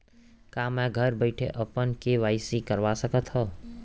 का मैं घर बइठे अपन के.वाई.सी करवा सकत हव?